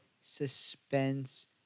suspense